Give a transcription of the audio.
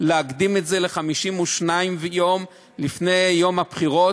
להקדים את זה ל-52 יום לפני יום הבחירות,